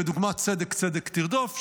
כדוגמת "צדק צדק תרדֹּף",